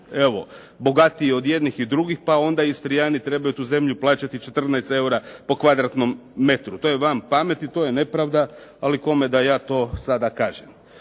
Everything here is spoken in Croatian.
evo, bogatiji od jednih i drugih pa onda Istrijani trebaju tu zemlju plaćati 14 eura po kvadratnom metru. To je van pameti, to je nepravda, ali kome da ja to sada kažem.